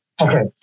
Okay